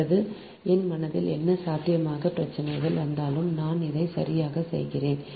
அல்லது என் மனதில் என்ன சாத்தியமான பிரச்சனைகள் வந்தாலும் நான் அதைச் சரியாகச் செய்திருக்கிறேன்